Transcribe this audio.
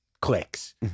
clicks